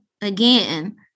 Again